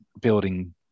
building